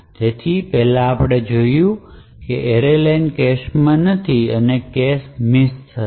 તેથી પહેલા આપણે જોશું કે array len કેશમાં નથી તેથી કેશ મિસ થશે